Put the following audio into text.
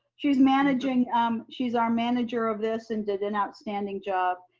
she's managing um she's our manager of this and did an outstanding job.